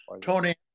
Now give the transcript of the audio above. Tony